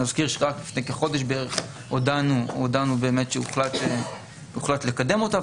נזכיר שרק לפני כחודש בערך הודענו שהוחלט לקדם אותה,